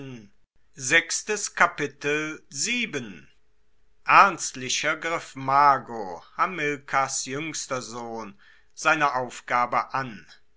ernstlicher griff mago hamilkars juengster sohn seine aufgabe an